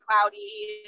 cloudy